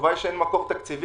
התשובה היא שאין מקור תקציבי.